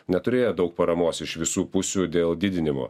neturėjo daug paramos iš visų pusių dėl didinimo